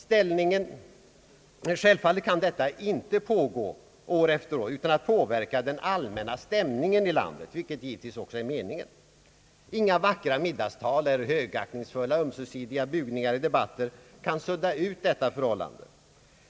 Självfallet kan detta inte pågå år efter år utan att påverka den allmänna stämningen i landet, vilket givetvis också är meningen. Inga vackra middagstal eller högaktningsfulla ömsesidiga bugningar i debatter kan sudda ut detta förhållande.